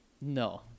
No